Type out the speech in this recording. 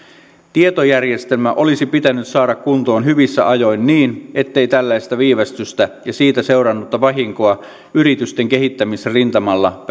tietojärjestelmä olisi pitänyt saada kuntoon hyvissä ajoin niin ettei tällaista viivästystä ja siitä seurannutta vahinkoa yritysten kehittämisrintamalla